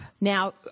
Now